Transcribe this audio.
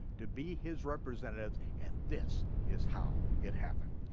to be his representatives and this is how it happened.